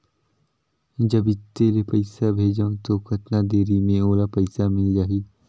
जब इत्ते ले पइसा भेजवं तो कतना देरी मे ओला पइसा मिल जाही?